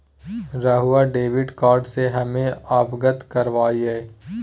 रहुआ debit card से हमें अवगत करवाआई?